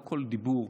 לא כל דיבור,